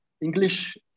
English